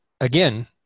Again